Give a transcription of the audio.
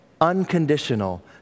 unconditional